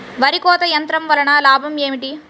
వరి కోత యంత్రం వలన లాభం ఏమిటి?